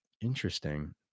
Interesting